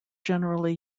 generally